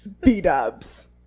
B-dubs